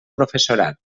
professorat